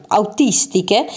autistiche